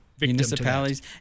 municipalities